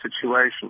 situation